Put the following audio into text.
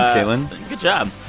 caitlin good job.